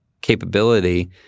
capability